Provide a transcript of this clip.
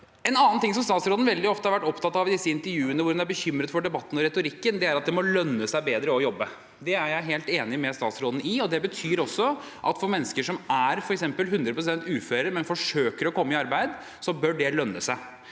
En annen ting som statsråden veldig ofte har vært opptatt av i intervjuene hvor hun er bekymret for debatten og retorikken, er at det må lønne seg bedre å jobbe. Det er jeg helt enig med statsråden i, og det betyr også at for mennesker som er f.eks. 100 pst. uføre, og som forsøker å komme i arbeid, bør det lønne seg.